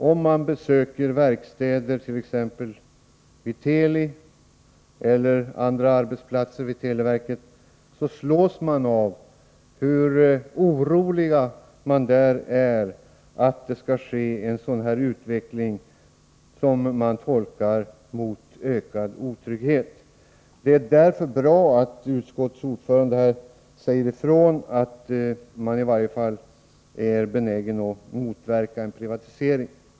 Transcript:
Om man besöker verkstäder, t.ex. vid Teli, eller andra arbetsplatser inom televerket, slås man av hur oroliga de anställda är för att det skall ske en sådan här utveckling mot, som de tolkar det, ökad otrygghet. Det är därför bra att utskottets ordförande här säger ifrån att socialdemokraterna i alla fall är benägna att motverka en privatisering.